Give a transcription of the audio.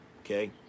okay